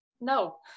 No